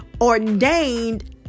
ordained